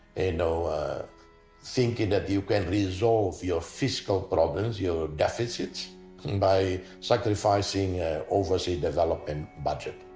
and know thinking that you can resolve your fiscal problems, your deficits by sacrificing oversee developing budget.